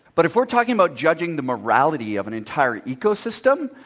but if we're talking about judging the morality of an entire ecosystem,